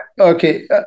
okay